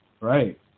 right